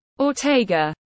Ortega